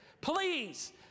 Please